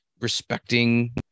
respecting